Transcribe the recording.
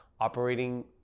operating